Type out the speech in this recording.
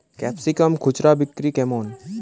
Capsicum খুচরা বিক্রি কেমন?